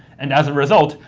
and as a result,